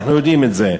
אנחנו יודעים את זה,